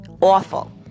awful